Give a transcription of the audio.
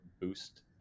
boost